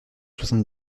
soixante